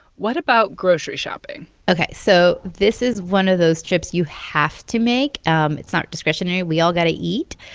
what about grocery shopping? ok. so this is one of those trips you have to make. um it's not discretionary. we all got to eat.